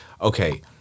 okay